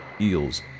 eels